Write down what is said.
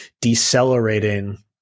decelerating